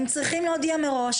הם צריכים להודיע מראש,